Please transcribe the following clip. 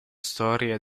storia